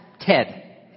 Ted